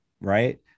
right